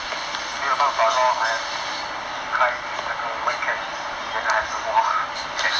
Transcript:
没有办法 lor I have to 开那个 webcam then I have to do lor shag